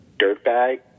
dirtbag